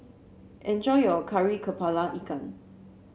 enjoy your Kari kepala Ikan